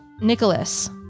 Nicholas